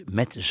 met